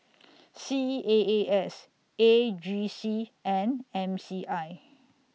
C A A S A G C and M C I